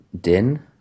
Din